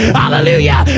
hallelujah